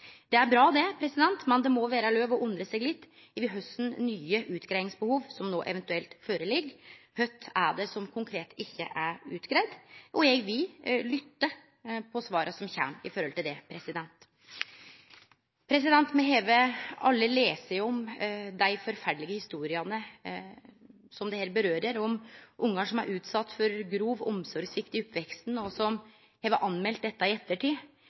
Det er bra, men det må vere lov å undre seg litt over kva nye utgreiingsbehov som no eventuelt ligg føre. Kva er det som konkret ikkje er greidd ut? Eg vil lytte til svara som kjem, når det gjeld det. Me har alle lese dei forferdelege historiene som dette gjeld, om ungar som er utsette for grov omsorgssvikt i oppveksten, og som har meld dette i ettertid.